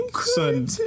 son